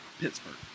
Pittsburgh